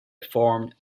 formed